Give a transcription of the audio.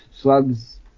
slugs